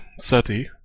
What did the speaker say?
Seti